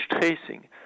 tracing